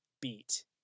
beat